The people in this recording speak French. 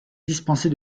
dispensés